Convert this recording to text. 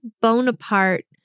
Bonaparte